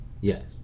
Yes